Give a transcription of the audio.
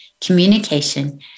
communication